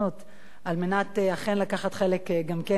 על מנת אכן לקחת חלק גם במחאות.